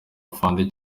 afande